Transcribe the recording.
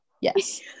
yes